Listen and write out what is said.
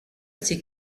ses